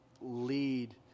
lead